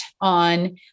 on